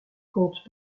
comptent